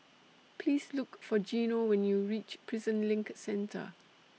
Please Look For Geno when YOU REACH Prison LINK Centre